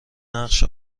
نقش